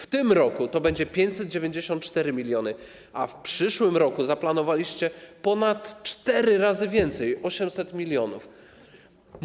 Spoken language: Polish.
W tym roku to będą 594 mln zł, a w przyszłym roku zaplanowaliście ponad cztery razy więcej - 800 mln zł.